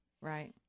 Right